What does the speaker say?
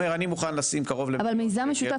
אומר אני מוכן לשים קרוב למיליון שקל --- אבל מיזם משותף,